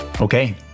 Okay